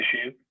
issue